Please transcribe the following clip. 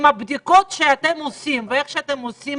עם הבדיקות שאתם עושים ואיך שאתם עושים,